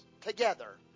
together